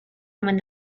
omen